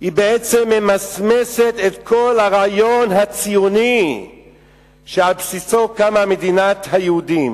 היא בעצם ממסמסת את כל הרעיון הציוני שעל בסיסו קמה מדינת היהודים.